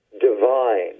divine